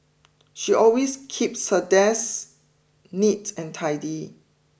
she always keeps her desk neat and tidy